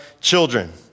children